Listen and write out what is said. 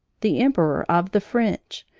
the emperor of the french,